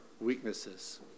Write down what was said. weaknesses